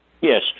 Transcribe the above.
Yes